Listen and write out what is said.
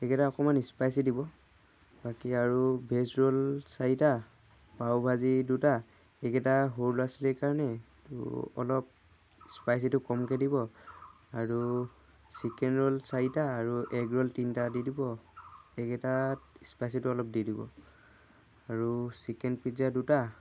এইকেইটা অকণমান স্পাইচি দিব বাকী আৰু ভেজ ৰোল চাৰিটা পাওভাজি দুটা এইকেইটা সৰু ল'ৰা ছোৱালীৰ কাৰণে তো অলপ স্পাইচিটো কমকৈ দিব আৰু চিকেন ৰোল চাৰিটা আৰু এগ ৰোল তিনিটা দি দিব সেইকেইটাত স্পাইচিটো অলপ দি দিব আৰু চিকেন পিজ্জা দুটা